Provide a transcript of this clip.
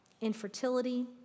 infertility